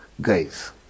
guys